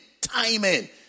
timing